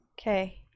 Okay